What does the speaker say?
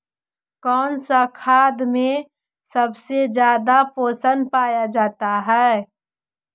कौन सा खाद मे सबसे ज्यादा पोषण पाया जाता है?